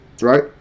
right